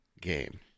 game